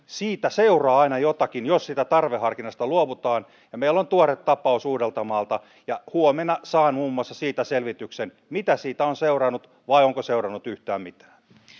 siitä seuraa aina jotakin jos siitä tarveharkinnasta luovutaan meillä on tuore tapaus uudeltamaalta ja huomenna saan muun muassa siitä selvityksen mitä siitä on seurannut vai onko seurannut yhtään mitään